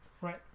Right